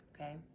okay